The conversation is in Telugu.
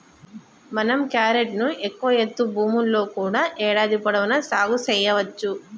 మనం క్యారెట్ ను ఎక్కువ ఎత్తు భూముల్లో కూడా ఏడాది పొడవునా సాగు సెయ్యవచ్చు